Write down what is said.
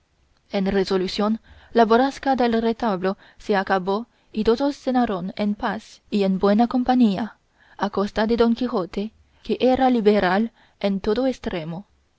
en resolución la borrasca del retablo se acabó y todos cenaron en paz y en buena compañía a costa de don quijote que era liberal en todo estremo